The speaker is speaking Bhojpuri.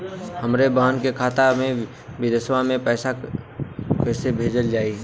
हमरे बहन के खाता मे विदेशवा मे पैसा कई से भेजल जाई?